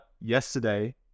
yesterday